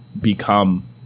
become